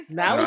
Now